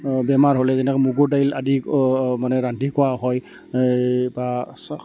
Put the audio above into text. বেমাৰ হ'লে যেনেকৈ মুগুৰ দাইল আদি মানে ৰান্ধি খোৱা হয় এই বা চ